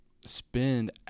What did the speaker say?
spend